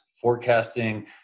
forecasting